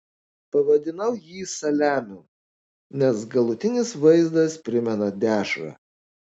pavadinau jį saliamiu nes galutinis vaizdas primena dešrą